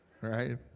Right